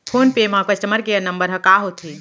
Phone पे म customer care number ह का होथे?